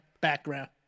background